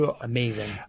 amazing